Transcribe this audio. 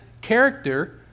character